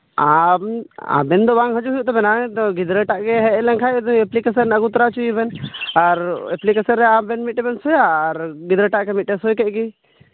ᱟᱨ ᱟᱢ ᱟᱵᱮᱱ ᱫᱚ ᱵᱟᱝ ᱦᱤᱡᱩᱜ ᱦᱩᱭᱩᱜ ᱛᱟᱵᱮᱱᱟ ᱜᱤᱫᱽᱨᱟᱹ ᱴᱟᱜᱼᱜᱮ ᱦᱮᱡ ᱞᱮᱱᱠᱷᱟᱱ ᱮᱯᱞᱤᱠᱮᱥᱚᱱ ᱟᱹᱜᱩ ᱦᱚᱪᱚᱭᱮᱵᱮᱱ ᱟᱨ ᱮᱯᱞᱤᱠᱮᱥᱚᱱ ᱨᱮ ᱟᱵᱮᱱ ᱢᱤᱫᱴᱮᱡ ᱵᱮᱱ ᱥᱳᱭ ᱼᱟ ᱜᱤᱫᱽᱨᱟᱹᱴᱟᱜ ᱢᱤᱫᱴᱮᱱ ᱥᱳᱭ ᱠᱮᱫ ᱜᱮ